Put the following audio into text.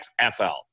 XFL